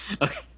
Okay